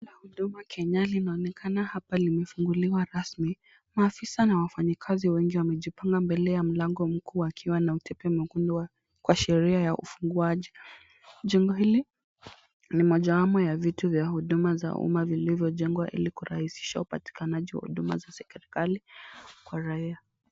Jengo la Huduma Kenya linaonekana hapa limefunguliwa rasmi. Maafisa na wafanyikazi wengi wamejipanga mbele ya mlango mkuu wakiwa na utepe mwekundu kuashiria ufunguaji. Jengo hili ni mojawamo ya vitu vya huduma za uma vilivyojengwa ili kurahisisha upatikanaji wa huduma za serikali kwa raia.